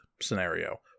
scenario